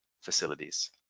facilities